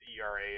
ERA